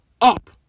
up